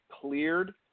cleared